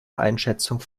einschätzung